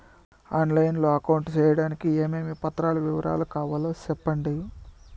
On line లో account సేయడానికి ఏమేమి పత్రాల వివరాలు కావాలో సెప్పండి?